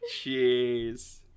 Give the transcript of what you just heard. Jeez